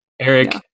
Eric